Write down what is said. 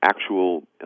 actual